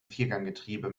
vierganggetriebe